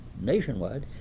nationwide